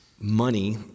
money